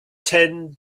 ten